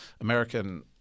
American